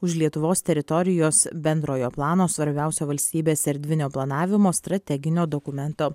už lietuvos teritorijos bendrojo plano svarbiausio valstybės erdvinio planavimo strateginio dokumento